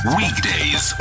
weekdays